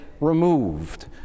removed